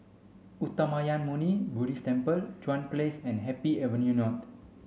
Uttamayanmuni Buddhist Temple Chuan Place and Happy Avenue North